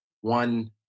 One